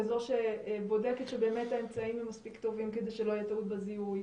כזו שבודקת שבאמת האמצעים מספיק טובים כדי שלא תהיה טעות בזיהוי,